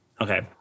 Okay